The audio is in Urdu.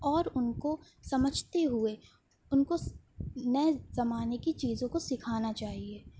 اور ان کو سمجھتے ہوئے ان کو نئے زمانے کی چیزوں کو سکھانا چاہیے